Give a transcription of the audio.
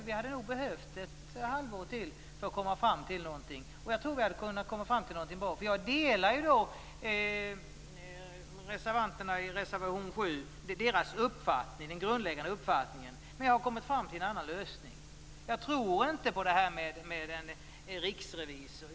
Vi hade nog behövt ett halvår till för att komma fram till någonting. Jag tror att vi hade kunnat komma fram till någonting bra. Jag delar den grundläggande uppfattning som reservanterna har i reservation 7, men jag har kommit fram till en annan lösning. Jag tror inte på en riksrevisor.